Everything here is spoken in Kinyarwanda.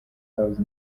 house